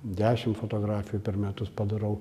dešim fotografijų per metus padarau